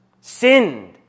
sinned